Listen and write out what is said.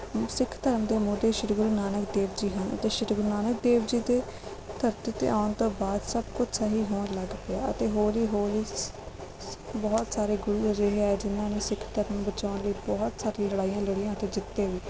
ਸਿੱਖ ਧਰਮ ਦੇ ਮੋਢੀ ਸ਼੍ਰੀ ਗੁਰੂ ਨਾਨਕ ਦੇਵ ਜੀ ਹਨ ਅਤੇ ਸ਼੍ਰੀ ਗੁਰੂ ਨਾਨਕ ਦੇਵ ਜੀ ਦੇ ਧਰਤੀ 'ਤੇ ਆਉਣ ਤੋਂ ਬਾਅਦ ਸਭ ਕੁਝ ਸਹੀ ਹੋਣ ਲੱਗ ਪਿਆ ਅਤੇ ਹੌਲੀ ਹੌਲੀ ਬਹੁਤ ਸਾਰੇ ਗੁਰੂ ਅਜਿਹੇ ਆਏ ਜਿਨਾਂ ਨੇ ਸਿੱਖ ਧਰਮ ਬਚਾਉਣ ਲਈ ਬਹੁਤ ਸਾਰੀਆਂ ਲੜਾਈਆਂ ਲੜੀਆਂ ਅਤੇ ਜਿੱਤੇ ਵੀ